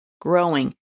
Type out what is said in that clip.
growing